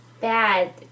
bad